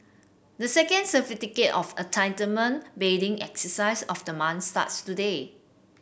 the second of Entitlement bidding exercise of the month starts today